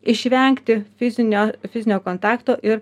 išvengti fizinio fizinio kontakto ir